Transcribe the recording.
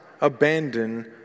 abandon